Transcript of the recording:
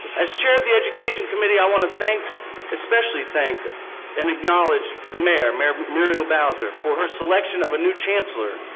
as chair of the education committee i want to thank especially thank and acknowledge the mayor, mayor muriel bowser for her selection of a new chancellor.